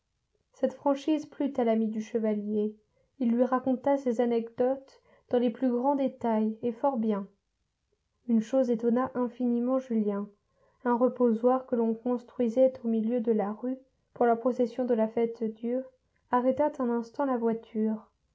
cette franchise plut à l'ami du chevalier il lui raconta ces anecdotes dans les plus grands détails et fort bien une chose étonna infiniment julien un reposoir que l'on construisait au milieu de la rue pour la procession de la fête-dieu arrêta un instant la voiture